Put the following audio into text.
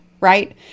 right